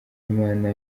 imana